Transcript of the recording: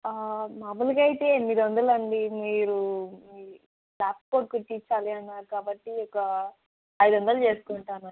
మామూలుగా అయితే ఎనిమిది వందలండి మీరు ల్యాబ్ కోట్ కుట్టించాలి అన్నారు కాబట్టి ఒక ఐదు వందలు చేసుకుంటాను అండి